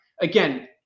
Again